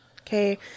okay